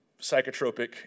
psychotropic